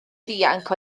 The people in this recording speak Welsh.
ddianc